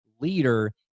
leader